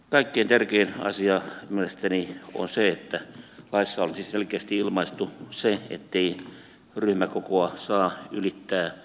kaikkein tärkein asia mielestäni on se että laissa olisi selkeästi ilmaistu ettei ryhmäkokoa saa ylittää tilapäisestikään